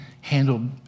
handled